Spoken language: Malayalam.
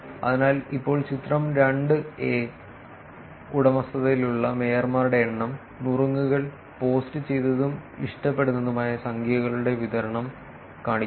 അതിനാൽ ഇപ്പോൾ ചിത്രം 2 എ ഉടമസ്ഥതയിലുള്ള മേയർമാരുടെ എണ്ണം നുറുങ്ങുകൾ പോസ്റ്റുചെയ്തതും ഇഷ്ടപ്പെടുന്നതുമായ സംഖ്യകളുടെ വിതരണം കാണിക്കുന്നു